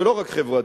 ולא רק חברתית,